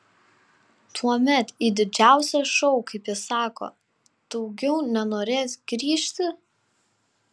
tuomet į didžiausią šou kaip jis sako daugiau nenorės grįžti